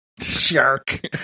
Shark